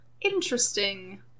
Interesting